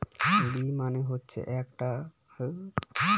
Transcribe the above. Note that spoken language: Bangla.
বী মানে হচ্ছে এক রকমের একটা কীট পতঙ্গ যে ইকোসিস্টেমকে ঠিক রাখে